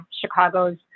Chicago's